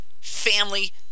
family